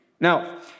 Now